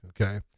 Okay